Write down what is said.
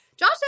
Josh